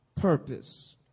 purpose